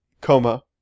coma